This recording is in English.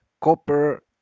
Copper